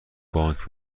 بانک